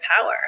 power